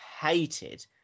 hated